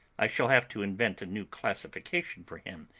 i shall have to invent a new classification for him,